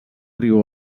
riu